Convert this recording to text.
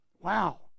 Wow